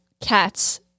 cats